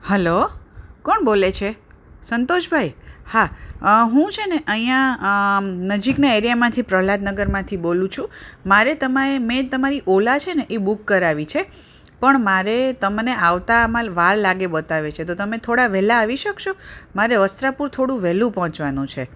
hello કોણ બોલે છે સંતોષ ભાઈ હા હું છે ને અહીંયાં નજીકના એરિયામાંથી પ્રહલાદ નગરમાંથી બોલું છું મારે તમારી મેં તમારી ઓલા છે ને એ બુક કરાવી છે પણ મારે તમને આવતા આમાં વાર લાગે બતાવે છે તો તમે થોડા વહેલા આવી શકશો મારે વસ્ત્રાપૂર થોડું વહેલું પહોંચવાનું છે